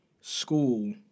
school